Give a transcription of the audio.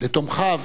לתומכיו